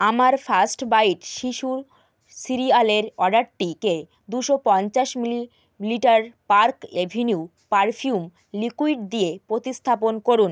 আমার First Bite শিশুর সিরিয়ালের অর্ডারটিকে দুশো পঞ্চাশ millilitre Park Avenue perfume liquid দিয়ে প্রতিস্থাপন করুন